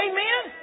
Amen